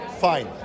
fine